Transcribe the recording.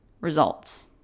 results